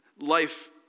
Life